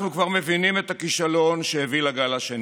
אנחנו כבר מבינים את הכישלון שהביא לגל השני.